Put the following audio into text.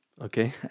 okay